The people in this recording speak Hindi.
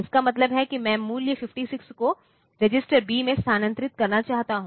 इसका मतलब है मैं मूल्य 56 को रजिस्टर B में स्थानांतरित करना चाहता हूं